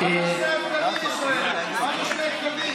בנט,